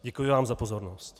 Děkuji vám za pozornost.